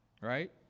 right